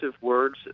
words